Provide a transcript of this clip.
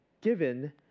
given